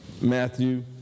Matthew